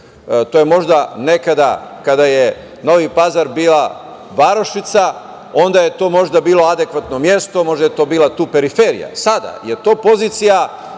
To je možda nekada, kada je Novi Pazar bio varošica, onda je to možda bilo adekvatno mesto, možda je tu bila periferija. Sada je to pozicija